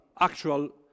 actual